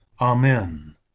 Amen